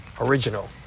original